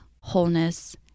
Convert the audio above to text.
wholeness